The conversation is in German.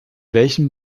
welchen